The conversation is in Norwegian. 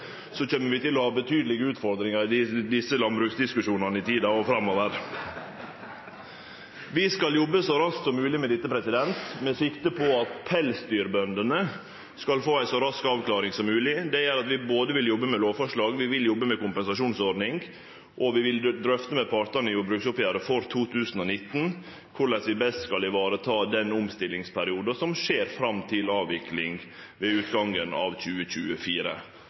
kjem vi til å ha betydelege utfordringar i desse landbruksdiskusjonane i tida framover! Vi skal jobbe så raskt som mogleg med dette, med sikte på at pelsdyrbøndene skal få ei så rask avklaring som mogleg. Det gjer at vi både vil jobbe med lovforslag, vi vil jobbe med kompensasjonsordning, og vi vil drøfte med partane i jordbruksoppgjeret for 2019 korleis vi best skal vareta omstillingsperioden fram til avviklinga ved utgangen av 2024.